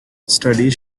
studies